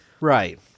Right